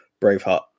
Braveheart